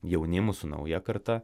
jaunimu su nauja karta